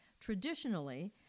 Traditionally